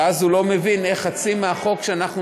ואז הוא לא מבין איך חצי מהחוק שאנחנו